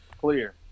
clear